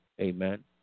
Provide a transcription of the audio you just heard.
Amen